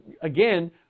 again